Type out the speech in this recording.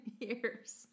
years